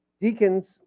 Deacons